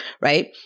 right